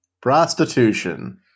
Prostitution